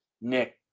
Nick